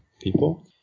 people